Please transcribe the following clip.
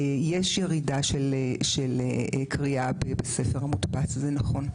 יש ירידה של קריאה בספר מודפס, זה נכון,